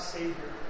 Savior